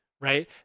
right